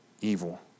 evil